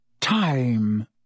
time